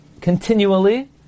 continually